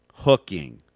hooking